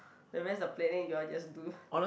the rest of the planning you all just do